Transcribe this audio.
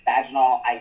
vaginal